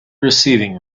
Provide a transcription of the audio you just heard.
receiving